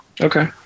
Okay